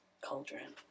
cauldron